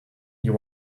you